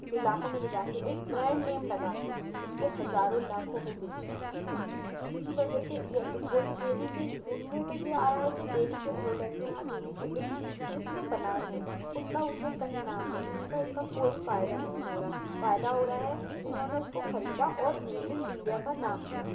علاقوں میں لے جا کے ایک برینڈ نیم لگا کے اس کو ہزاروں لاکھوں میں بیچ رہے ہیں جس کی وجہ سے یہ تو وہ تو دہلی کے ان میں تو یہ آ رہا ہے کہ دہلی کے پروڈکٹ ہیں ہاں دہلی سے لیکن جس نے بنائے ہیں اس کا اس میں کہیں نام نہیں ان کا اس کا کوئی فائدہ نہیں ہو رہا فائدہ ہو رہا ہے جنہوں نے اس کو خریدا اور میڈ ان انڈیا کا نام دیا